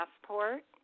passport